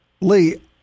Lee